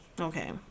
Okay